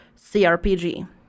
CRPG